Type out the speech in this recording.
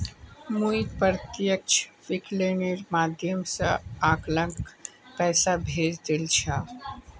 मुई प्रत्यक्ष विकलनेर माध्यम स अंकलक पैसा भेजे दिल छि